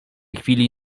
chwili